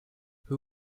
who